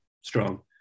Strong